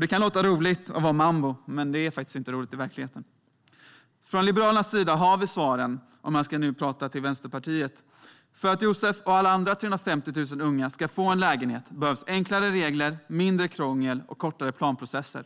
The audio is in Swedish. Det kan låta roligt att vara mambo, men det är inte roligt i verkligheten. Från Liberalernas sida har vi svaren, om jag nu ska tala till Vänsterpartiet. För att Josef och alla andra 350 000 unga ska få en lägenhet behövs enklare regler, mindre krångel och kortare planprocesser.